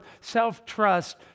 self-trust